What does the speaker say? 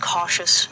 cautious